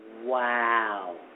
Wow